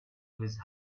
his